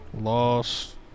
Lost